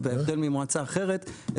בהבדל ממוצע האחרת,